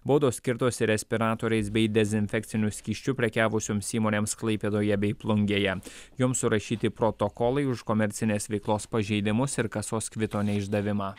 baudos skirtos respiratoriais bei dezinfekciniu skysčiu prekiavusioms įmonėms klaipėdoje bei plungėje joms surašyti protokolai už komercinės veiklos pažeidimus ir kasos kvito neišdavimą